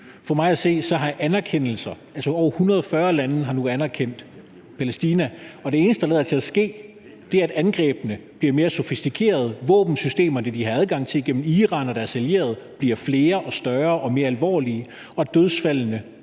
her massive terrorangreb. Altså, over 140 lande har nu anerkendt Palæstina, og det eneste, der lader til at ske, er, at angrebene bliver mere sofistikerede, og at våbensystemerne, de har adgang til igennem Iran og deres allierede, bliver flere og større og mere alvorlige, og at dødsfaldene